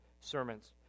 sermons